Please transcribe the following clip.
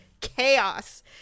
chaos